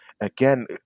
Again